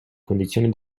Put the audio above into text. condizioni